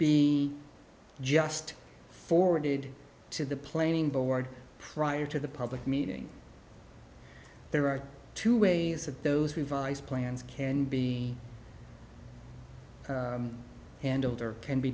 be just forwarded to the planning board prior to the public meeting there are two ways that those revised plans can be handled or can be